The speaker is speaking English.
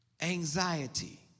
anxiety